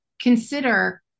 Consider